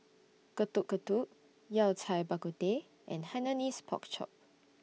Getuk Getuk Yao Cai Bak Kut Teh and Hainanese Pork Chop